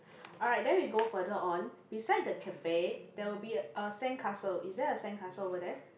alright then we go further on beside the cafe there will be a sand castle is there a sand castle over there